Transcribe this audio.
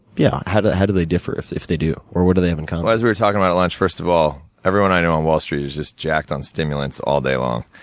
yeah, how do how do they differ, if if they do, or what do they have in common? well, as we were talking about at lunch, first of all, everyone i know on wall street is just jacked on stimulants, all day long.